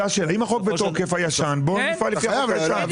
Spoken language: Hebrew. אם החוק הישן בתוקף, נפעל לפי החוק הישן.